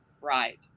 Right